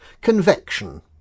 Convection